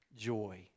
joy